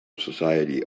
society